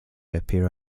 appear